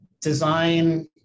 design